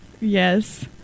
yes